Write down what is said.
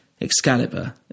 Excalibur